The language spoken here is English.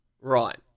Right